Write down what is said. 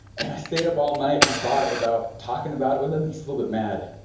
and i stayed up all night and i bought it without talking about it with him and he's a little bit mad.